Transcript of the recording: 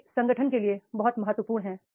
वे संगठन के लिए बहुत महत्वपूर्ण हैं